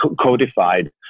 codified